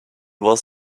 was